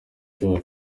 john